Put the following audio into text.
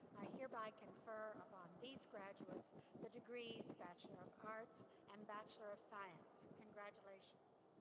i hereby confer upon these graduates the degrees bachelor of arts and bachelor of science. congratulations.